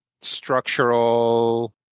structural